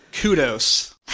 Kudos